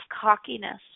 cockiness